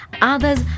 others